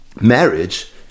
marriage